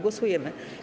Głosujemy.